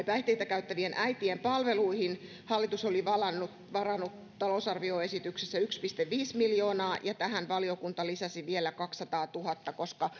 päihteitä käyttävien äitien palveluihin hallitus oli varannut varannut talousarvioesityksessä yksi pilkku viisi miljoonaa ja tähän valiokunta lisäsi vielä kaksisataatuhatta koska